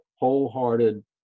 wholehearted